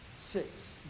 Six